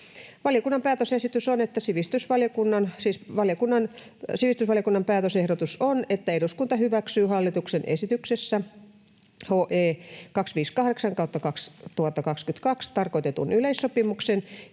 Sivistysvaliokunnan päätösehdotus on, että eduskunta hyväksyy hallituksen esityksessä HE 258/2022 tarkoitetun yleissopimuksen